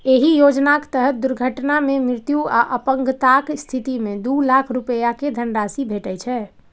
एहि योजनाक तहत दुर्घटना मे मृत्यु आ अपंगताक स्थिति मे दू लाख रुपैया के धनराशि भेटै छै